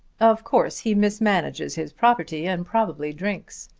of course he mismanages his property and probably drinks.